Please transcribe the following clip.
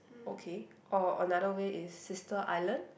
okay or another way is Sister-Island